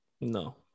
No